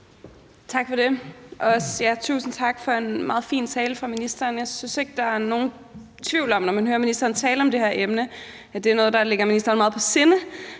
Tak for det, og også tusind tak for en meget fin tale fra ministerens side. Jeg synes ikke, at der er nogen tvivl om, når man hører ministeren tale om det her emne, at det er noget, der ligger ministeren meget på sinde,